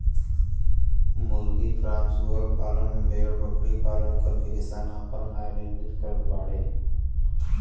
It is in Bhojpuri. मुर्गी फ्राम सूअर पालन भेड़बकरी पालन करके किसान आपन आय निर्मित करत बाडे